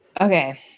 Okay